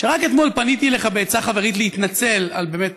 שרק אתמול פניתי אליך בעצה חברית להתנצל באמת